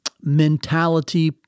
mentality